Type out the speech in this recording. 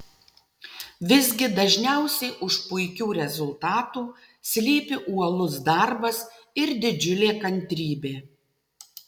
visgi dažniausiai už puikių rezultatų slypi uolus darbas ir didžiulė kantrybė